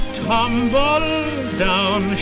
tumble-down